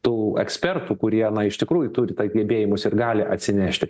tų ekspertų kurie na iš tikrųjų turi tą gebėjimus ir gali atsinešti